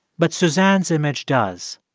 but suzanne's image does.